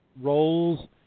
roles